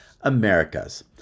Americas